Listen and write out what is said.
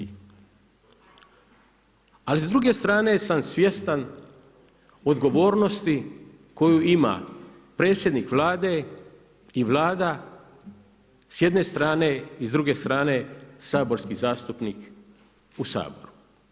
Ali s druge strane sam svjestan odgovornosti koju ima predsjednik Vlade i Vlada s jedne strane i s druge strane saborski zastupnik u Saboru.